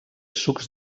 sucs